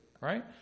right